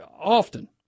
often